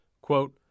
Quote